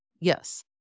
Yes